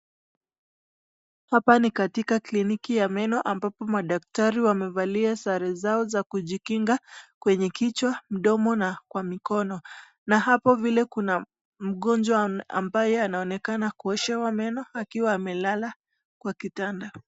Hapa ni katika kliniki ya meno ambapo madaktari wamevalia sare zao za kujikinga kwenye kichwa, mdomo na kwa mikono, na hapo vile kuna mgonjwa ambaye anaonekana kuoshewa meno akiwa amelala kwa kitanda.